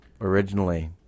Originally